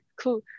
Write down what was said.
cool